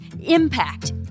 impact